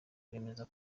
bemeza